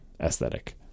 aesthetic